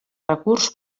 recurs